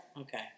Okay